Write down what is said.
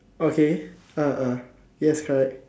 okay ah ah yes right